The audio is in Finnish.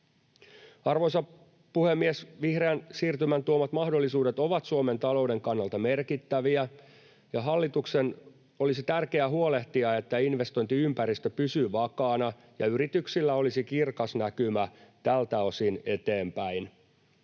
Arvoisa puhemies! Vihreän siirtymän tuomat mahdollisuudet ovat Suomen talouden kannalta merkittäviä, ja hallituksen olisi tärkeää huolehtia, että investointiympäristö pysyy vakaana ja yrityksillä olisi kirkas näkymä tältä osin eteenpäin.